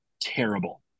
terrible